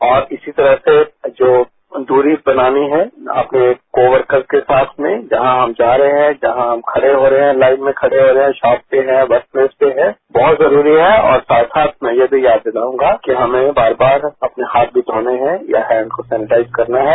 और इसी तरह से जो दूरी बनानी है अपने को वर्कर के साथ में जहां हम जा रहे हैं जहां हम खड़े हो रहे हैं लाइन में खड़े हो रहे हैं शोप पर हैं वर्कप्लेस परहैं बहुत जरूरी है और साथ साथ में ये भी याद दिलाऊंगा कि हमें बार बार अपने हाथ भी धोने हैं या हैंड को सैनेटाइज करना है